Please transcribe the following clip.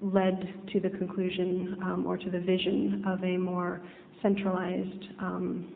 led to the conclusion or to the vision of a more centralized